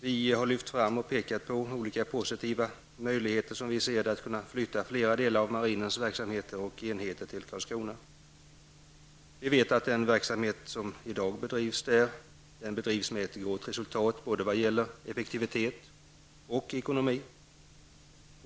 Vi har lyft fram positiva möjligheter, som vi ser det, att flytta flera delar av marinens verksamhet och enheter till Karlskrona. Vi vet att den verksamhet som bedrivs där i dag bedrivs med gott resultat såväl vad gäller effektivitet som ekonomi.